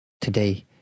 today